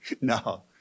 No